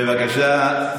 בבקשה.